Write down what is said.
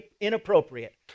inappropriate